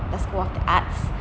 the school of the arts